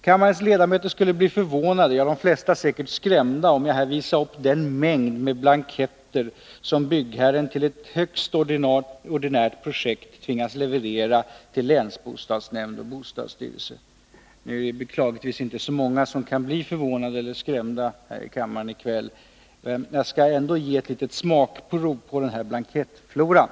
Kammarens ledamöter skulle bli förvånade — ja, de flesta säkert skrämda — om jag här visade upp den mängd blanketter som byggherren för ett högst ordinärt projekt tvingas leverera till länsbostadsnämnd och bostadsstyrelse. Det är beklagligtvis mycket få ledamöter här i kammaren i kväll, så det är inte så många som kan bli förvånade eller skrämda, men jag skall ändå ge ett litet smakprov på vad som kan förekomma i den här blankettfloran.